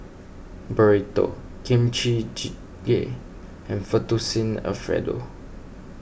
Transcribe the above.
Burrito Kimchi Jjigae and Fettuccine Alfredo